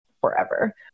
forever